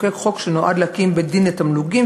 לחוקק חוק שנועד להקים בית-דין לתמלוגים,